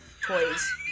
toys